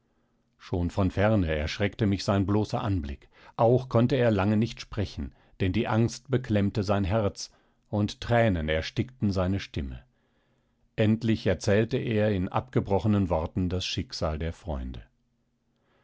schon von ferne erschreckte mich sein bloßer anblick auch konnte er lange nicht sprechen denn die angst beklemmte sein herz und thränen erstickten seine stimme endlich erzählte er in abgebrochenen worten das schicksal der freunde